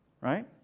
Right